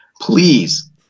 Please